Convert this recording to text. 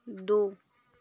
दो